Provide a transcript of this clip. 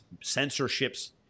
censorship's